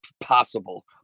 possible